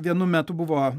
vienu metu buvo